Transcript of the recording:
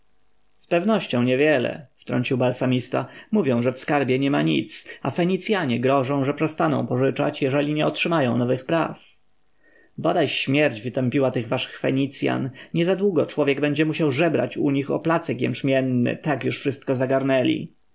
pewnością niewiele wtrącił balsamista mówią że w skarbie niema nic a fenicjanie grożą że przestaną pożyczać jeżeli nie otrzymają nowych praw bodaj śmierć wytępiła tych waszych fenicjan niezadługo człowiek będzie musiał żebrać u nich o placek jęczmienny tak już wszystko zagarnęli